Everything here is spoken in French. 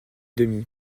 demi